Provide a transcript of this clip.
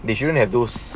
they shouldn't have those